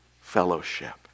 fellowship